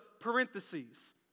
parentheses